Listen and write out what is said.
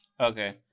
okay